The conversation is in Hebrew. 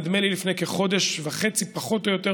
נדמה לי שלפני כחודש וחצי פחות או יותר,